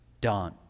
done